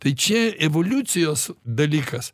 tai čia evoliucijos dalykas